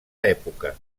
època